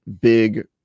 big